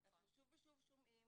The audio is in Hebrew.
אנחנו שוב ושוב שומעים